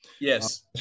Yes